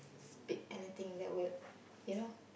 speak anything that would you know